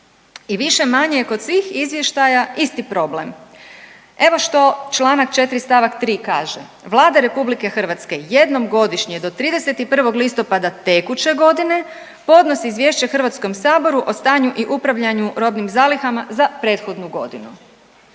i više-manje kod svih izvještaja isti problem. Evo što Članak 4. stavak 3. kaže. Vlada RH jednom godišnje do 31. listopada tekuće godine podnosi izvješće Hrvatskom saboru o stanju i upravljanju robnih zalihama za prethodnu godinu.